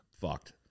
fucked